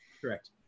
Correct